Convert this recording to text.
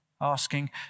Asking